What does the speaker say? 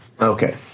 Okay